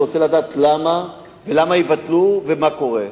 אני רוצה לדעת למה יבטלו ומה קורה.